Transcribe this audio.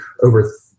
over